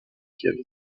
kiev